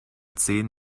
zehn